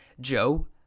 Joe